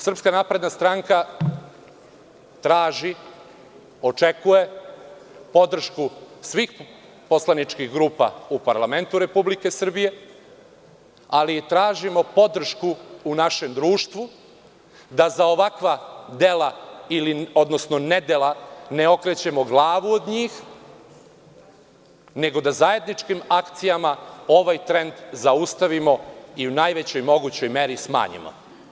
Srpska napredna stranka traži i očekuje podršku svih poslaničkih grupa u parlamentu Republike Srbije, ali tražimo podršku u našem društvu da za ovakva dela odnosno nedela ne okrećemo glavu od njih, nego da zajedničkim akcijama ovaj trend zaustavimo i u najvećoj mogućoj meri smanjimo.